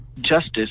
justice